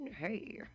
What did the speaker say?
Hey